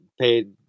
paid